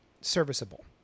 serviceable